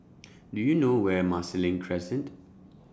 Do YOU know Where Marsiling Crescent